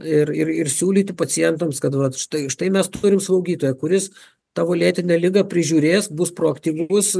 ir ir ir siūlyti pacientams kad vat štai štai mes turim slaugytoją kuris tavo lėtinę ligą prižiūrės bus proaktyvus